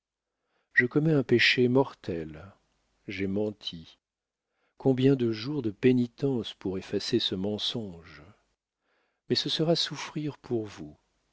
je commets un péché mortel j'ai menti combien de jours de pénitence pour effacer ce mensonge mais ce sera souffrir pour vous